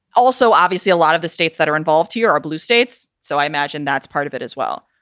also, obviously, a lot of the states that are involved here are blue states. so i imagine that's part of it as well.